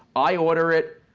i order it,